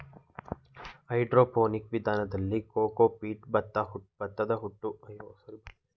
hydroponic ವಿಧಾನದಲ್ಲಿ cocopeat, ಭತ್ತದಹೊಟ್ಟು ಜೆಡಿಮಣ್ಣು ಗ್ರೋ ಬೆಡ್ನಲ್ಲಿ ಗಿಡಗಳನ್ನು ಬೆಳೆಸಿ ಪೋಷಿಸುತ್ತಾರೆ